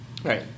Right